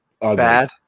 bad